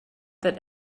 that